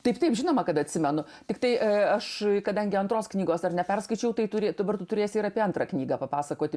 taip taip žinoma kad atsimenu tiktai aš kadangi antros knygos dar neperskaičiau tai turi dabar tu turėsi ir apie antrą knygą papasakoti